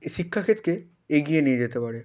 এ শিক্ষাক্ষেত্রকে এগিয়ে নিয়ে যেতে পারে